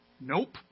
Nope